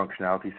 functionality